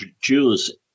Jews